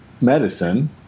medicine